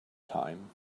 time